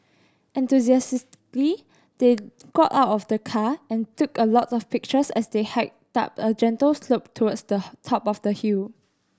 enthusiastically they got out of the car and took a lot of pictures as they hiked up a gentle slope towards the top of the hill